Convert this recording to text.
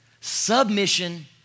Submission